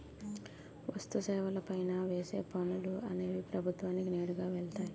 వస్తు సేవల పైన వేసే పనులు అనేవి ప్రభుత్వానికి నేరుగా వెళ్తాయి